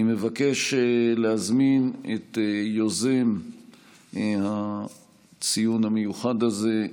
אני מבקש להזמין את יוזם הציון המיוחד הזה,